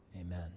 Amen